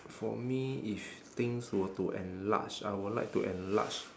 for me if things were to enlarge I would like to enlarge